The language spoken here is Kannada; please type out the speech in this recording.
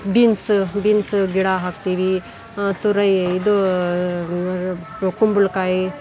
ಬೀನ್ಸು ಬೀನ್ಸು ಗಿಡ ಹಾಕ್ತೀವಿ ತುರಯಿ ಇದು ಕುಂಬಳಕಾಯಿ